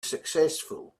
successful